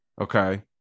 Okay